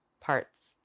parts